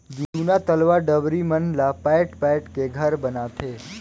जूना तलवा डबरी मन ला पायट पायट के घर बनाथे